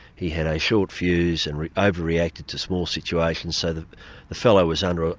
he had a short fuse and over-reacted to small situations, so the the fellow was under ah